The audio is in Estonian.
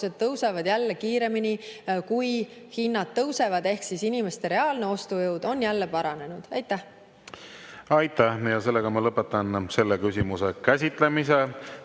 tõusevad kiiremini, kui hinnad tõusevad, ehk inimeste reaalne ostujõud on jälle paranenud. Aitäh! Ma lõpetan selle küsimuse käsitlemise.